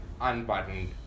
unbuttoned